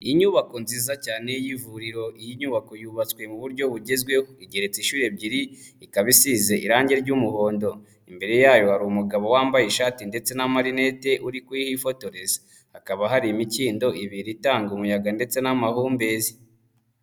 Inyubako nziza cyane y'ivuriro, iyi nyubako yubatswe mu buryo bugezweho, igeretse inshuro ebyiri ikaba isize irange ry'umuhondo, imbere yayo hari umugabo wambaye ishati ndetse n'amarinete uri kuhifotoreza, hakaba hari imikindo ibiri itanga umuyaga ndetse n'amahumbezi.